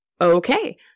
okay